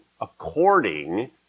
according